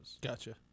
Gotcha